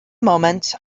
moment